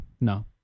No